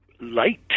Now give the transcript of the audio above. light